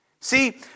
See